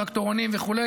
טרקטורונים וכו',